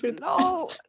no